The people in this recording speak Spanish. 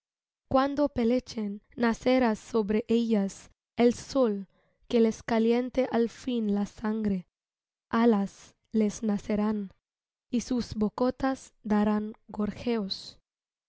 cuando pelechen nacerá sobre ellas el sol que les caliente al fin la sangre alas les nacerán y sus bocotas darán gorjeos